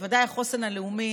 בוודאי החוסן הלאומי,